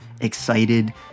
excited